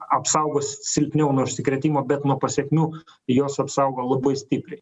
apsaugos silpniau nuo užsikrėtimo bet nuo pasekmių jos apsaugo labai stipriai